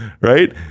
right